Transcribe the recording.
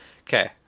Okay